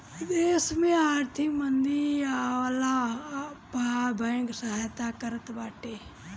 देस में आर्थिक मंदी आवला पअ बैंक सहायता करत बाटे